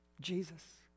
Jesus